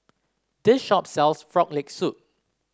this shop sells Frog Leg Soup